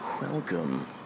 welcome